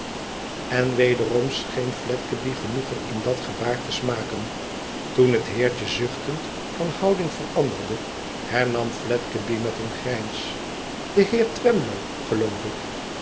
en wederom scheen fledgeby genoegen in dat gebaar te smaken toen het heertje zuchtend van houding veranderde hernam fledgeby met een grijns de heer tweiplow geloof ik